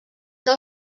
del